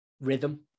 rhythm